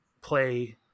play